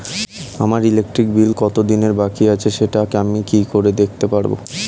আমার electric bill কত দিনের বাকি আছে সেটা আমি কি করে দেখতে পাবো?